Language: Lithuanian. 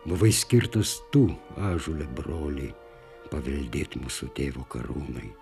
buvai skirtas tu ąžuole broli paveldėt mūsų tėvo karūnai